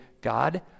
God